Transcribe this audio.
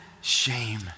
shame